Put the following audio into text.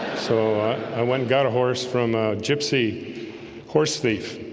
so i went got a horse from ah gypsy horse thief